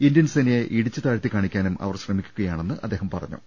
Indian സേനയെ ഇടിച്ചു താഴ്ത്തി കാണിക്കാനും അവർ ശ്രമിക്കുകയാണെന്ന് അദ്ദേഹം പറഞ്ഞു